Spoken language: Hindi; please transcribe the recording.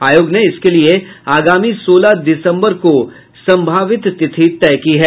आयोग ने इसके लिये अगामी सोलह दिसबंर को संभावित तिथि तय की है